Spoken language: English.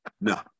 No